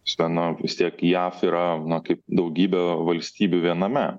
šita na vis tiek jav yra na kaip daugybėvalstybių viename